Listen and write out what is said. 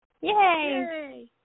Yay